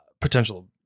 potential